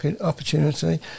opportunity